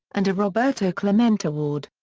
and a roberto clemente award.